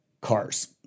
cars